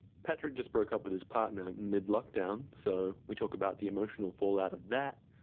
patrick just broke up with his partner mid lockdown, so we talk about the emotional fallout of that,